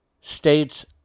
States